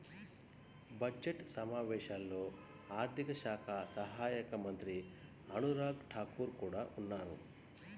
budget సమావేశాల్లో ఆర్థిక శాఖ సహాయక మంత్రి అనురాగ్ ఠాకూర్ కూడా ఉన్నారు